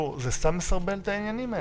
גור, זה סתם מסרבל את העניינים האלה.